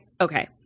Okay